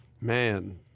Man